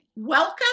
Welcome